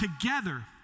together